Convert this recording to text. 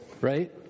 right